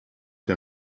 der